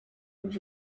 could